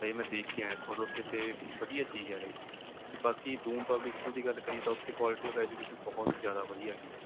ਇਹ ਮੈਂ ਦੇਖ ਕੇ ਆਇਆ ਖੁਦ ਉੱਥੇ ਅਤੇ ਵਧੀਆ ਚੀਜ਼ ਆ ਇਹ ਅਤੇ ਬਾਕੀ ਦੂਨ ਪਬਲਿਕ ਸਕੂਲ ਦੀ ਗੱਲ ਕਰੀਏ ਤਾਂ ਉੱਥੇ ਕੁਆਲਿਟੀ ਆਫ ਐਜੂਕੇਸ਼ਨ ਬਹੁਤ ਜ਼ਿਆਦਾ ਵਧੀਆ ਗੀ